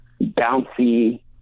bouncy